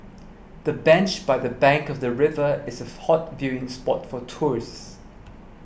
the bench by the bank of the river is a hot viewing spot for tourists